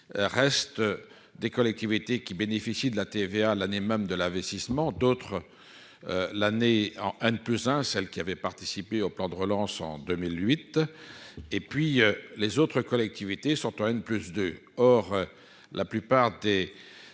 reste des collectivités qui bénéficient de la TVA, l'année même de l'investissement, d'autres l'année en Inde, plus celle qui avait participé au plan de relance en 2008 et puis les autres collectivités s'entraînent plus de, or la plupart des actions